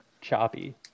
choppy